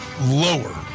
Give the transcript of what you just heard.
lower